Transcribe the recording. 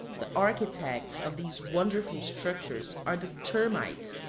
the architects of these wonderful structures are the termites,